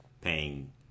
paying